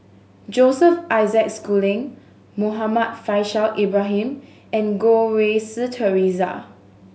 Joseph Isaac Schooling Muhammad Faishal Ibrahim and Goh Rui Si Theresa